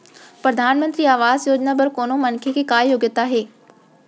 परधानमंतरी आवास योजना बर कोनो मनखे के का योग्यता हे?